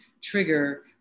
trigger